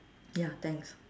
ya thanks